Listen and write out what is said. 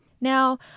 Now